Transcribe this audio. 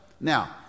now